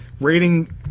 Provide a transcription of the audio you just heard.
Rating